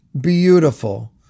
beautiful